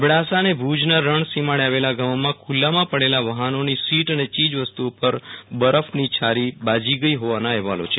એબડાસા અને ભુજનાં રણ સીમાડે આવેલા ગામોમાં ખુલ્લામાં પડેલા વાફનોની સીટ અને અન્ય ચીજ વસ્તુઓ પર બરફની છારી બાઝી ગઈ હોવાના અહેવાલો છે